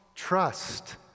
Trust